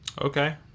Okay